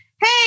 hey